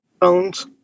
phones